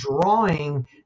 drawing